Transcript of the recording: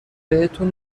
بهتون